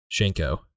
Shenko